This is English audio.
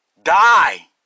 Die